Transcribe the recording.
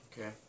Okay